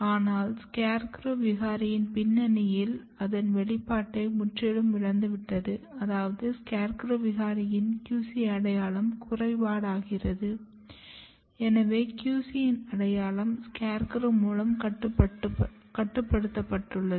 ஆனால் SCARECROW விகாரியின் பின்னணியில் அதன் வெளிப்பாட்டை முற்றிலும் இழந்துவிட்டது அதாவது SCARECROW விகாரியின் QC அடையாளம் குறைபாடாகிறது எனவே QC இன் அடையாளம் SCARECROW மூலம் கட்டுப்படுத்தப்பட்டுள்ளது